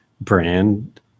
brand